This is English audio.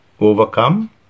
overcome